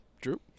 Drew